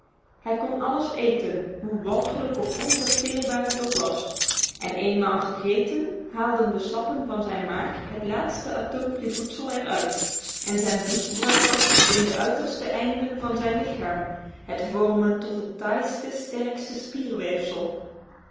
hij kon alles eten hoe walgelijk of onverteerbaar het ook was en eenmaal gegeten haalden de sappen van zijn maag het laatste atoompje voedsel er uit en zijn bloed bracht dat tot in de uiterste einden van zijn lichaam het vormend tot het taaiste sterkste